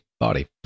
body